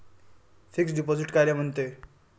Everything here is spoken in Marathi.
फिक्स डिपॉझिट कायले म्हनते?